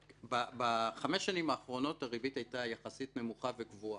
בחמש השנים האחרונות הריבית הייתה יחסית נמוכה וקבועה.